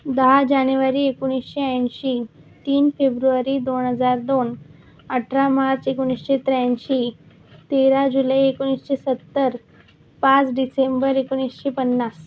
दहा जानेवारी एकोणिसशे ऐंशी तीन फेब्रुवारी दोन हजार दोन अठरा मार्च एकोणिसशे त्र्याऐंशी तेरा जुलै एकोणिसशे सत्तर पाच डिसेंबर एकोणिसशे पन्नास